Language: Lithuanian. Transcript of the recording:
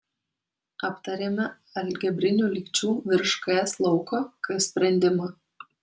aptarėme algebrinių lygčių virš ks lauko k sprendimą